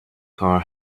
car